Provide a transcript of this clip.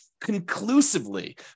conclusively